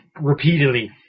repeatedly